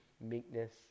meekness